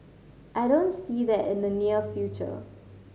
I don't see that in the near future